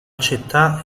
città